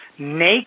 Naked